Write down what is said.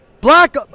black